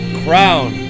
crown